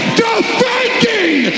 defending